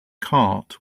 cart